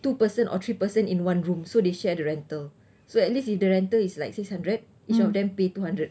two person or three person in one room so they share the rental so at least if the rental is like six hundred each of them pay two hundred